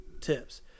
tips